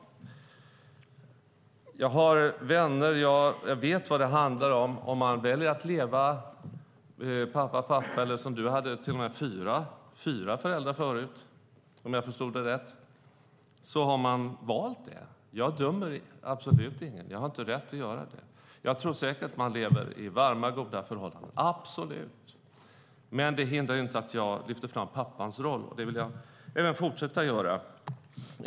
Jag vet vad det handlar om när man väljer att leva i pappa-pappa-barn-konstellationen, eller som du gav exempel på, till och med fyra föräldrar, om jag förstod det rätt. Man har valt det. Jag dömer absolut ingen. Jag har inte rätt att göra det. Jag tror säkert att man lever i varma, goda förhållanden, absolut! Men det hindrar inte att jag lyfter fram pappans roll, och det vill jag fortsätta att göra.